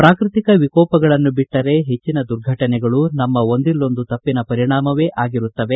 ಪ್ರಾಕೃತಿಕ ವಿಕೋಪಗಳನ್ನು ಬಿಟ್ಟರೆ ಹೆಚ್ಚನ ದುರ್ಘಟನೆಗಳು ನಮ್ಮ ಒಂದಿಲ್ಲೊಂದು ತಪ್ಪಿನ ಪರಿಣಾಮವೇ ಆಗಿರುತ್ತವೆ